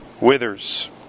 withers